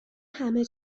همه